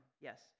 Yes